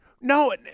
No